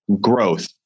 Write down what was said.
growth